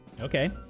Okay